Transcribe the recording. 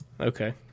Okay